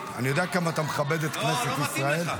אני יודע כמה אתה מכבד את כנסת ישראל.